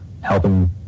helping